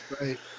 Right